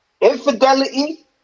Infidelity